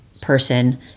person